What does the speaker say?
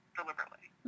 deliberately